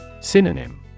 Synonym